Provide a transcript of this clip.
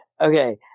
Okay